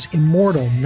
immortal